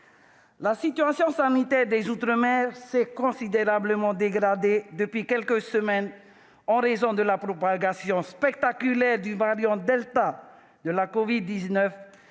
La situation sanitaire des outre-mer s'est considérablement dégradée depuis quelques semaines en raison de la propagation spectaculaire du variant delta de la covid-19.